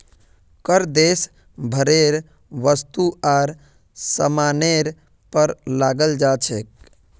कर देश भरेर वस्तु आर सामानेर पर लगाल जा छेक